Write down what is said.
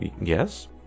Yes